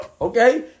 Okay